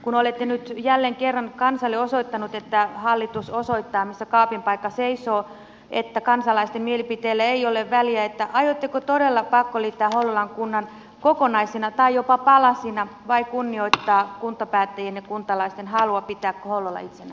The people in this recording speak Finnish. kun olette nyt jälleen kerran kansalle osoittanut että hallitus osoittaa missä kaapin paikka seisoo että kansalaisten mielipiteellä ei ole väliä aiotteko todella pakkoliittää hollolan kunnan kokonaisena tai jopa palasina vai kunnioittaa kuntapäättäjien ja kuntalaisten halua pitää hollola itsenäisenä